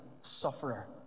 sufferer